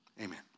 Amen